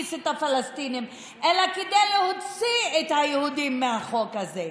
להכניס את הפלסטינים אלא כדי להוציא את היהודים מהחוק הזה.